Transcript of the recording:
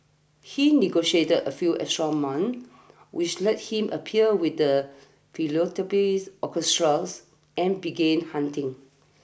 he negotiated a few extra months which let him appear with the Philadelphia's Orchestra's and began hunting